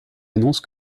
annonce